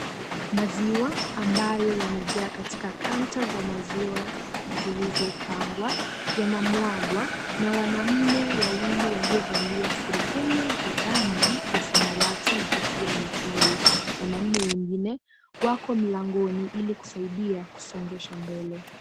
Maziwa ambayo yamejaa katika kanta za maziwa zilizopangwa yana mwagwa na wanamme wawili waliovalia surupwenye za rangi ya samawati na kofia nyekundu. Wanamme wengine wako mlangoni ili kusaidia kusongesha mbele.